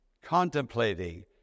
contemplating